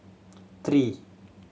three